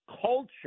culture